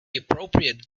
appropriate